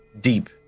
deep